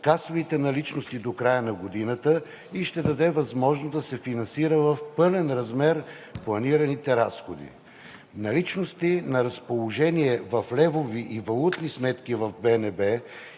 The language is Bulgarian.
касовите наличности до края на годината и ще даде възможност да се финансират в пълен размер планираните разходи. Наличностите на разположение в левови и валутни сметки в БНБ